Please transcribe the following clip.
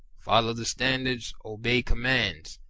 follow the standards, obey commands,